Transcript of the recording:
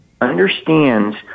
understands